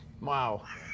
Wow